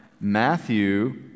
Matthew